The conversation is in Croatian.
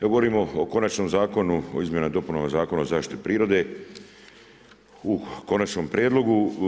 Evo govorimo o Konačnom zakonu o izmjenama i dopunama Zakona o zaštiti prirode u konačnom prijedlogu.